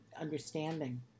understanding